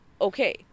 Okay